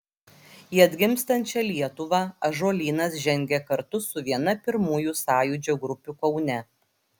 į atgimstančią lietuvą ąžuolynas žengė kartu su viena pirmųjų sąjūdžio grupių kaune